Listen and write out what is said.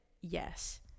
Yes